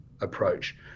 approach